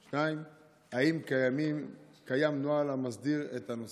2. האם יש נוהל המסדיר את הנושא?